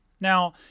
Now